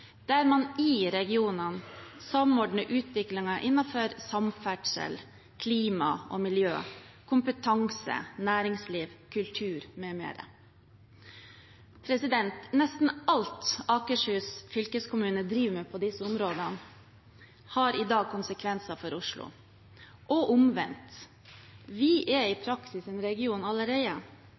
der man i regionene samordner utviklingen innenfor samferdsel, klima og miljø, kompetanse, næringsliv, kultur, med mer. Nesten alt Akershus fylkeskommune driver med på disse områdene, har i dag konsekvenser for Oslo – og omvendt. Vi er i praksis en region allerede.